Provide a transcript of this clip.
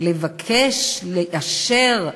לבקש לאשר,